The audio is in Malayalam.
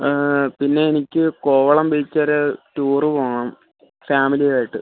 പിന്നെ എനിക്ക് കോവളം ബീച്ചൊര് ടൂറ് പോകണം ഫാമിലിയായിട്ട്